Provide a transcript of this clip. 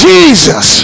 Jesus